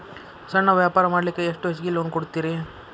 ಸಣ್ಣ ವ್ಯಾಪಾರ ಮಾಡ್ಲಿಕ್ಕೆ ಎಷ್ಟು ಹೆಚ್ಚಿಗಿ ಲೋನ್ ಕೊಡುತ್ತೇರಿ?